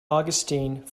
augustine